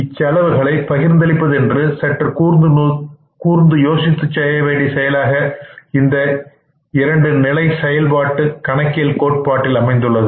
இச்செலவுகளை பகிர்ந்தளிப்பது என்பது சற்று கூர்ந்து யோசித்துச் செய்ய வேண்டிய செயலாக இந்த இரண்டு நிலையில் செயல்பாட்டு கணக்கியல் கோட்பாட்டில் அமைந்துள்ளது